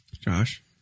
Josh